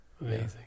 Amazing